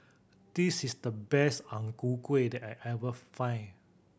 this is the best Ang Ku Kueh that I ever find